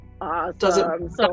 Awesome